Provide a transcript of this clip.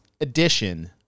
Edition